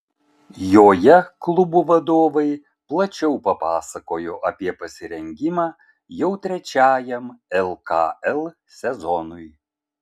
joje klubų vadovai plačiau papasakojo apie pasirengimą jau trečiajam lkl sezonui